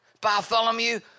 Bartholomew